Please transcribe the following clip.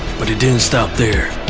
but he didn't stop there.